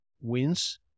wins